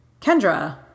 Kendra